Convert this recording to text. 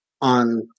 on